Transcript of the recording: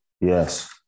Yes